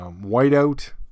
white-out